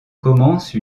commence